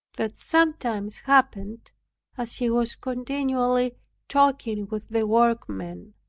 that sometimes happened as he was continually talking with the workmen.